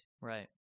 Right